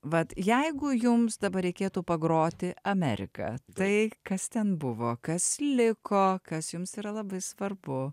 vat jeigu jums dabar reikėtų pagroti amerika tai kas ten buvo kas liko kas jums yra labai svarbu